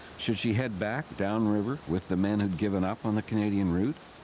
should she head back down river with the men who'd given up on the canadian route?